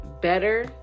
better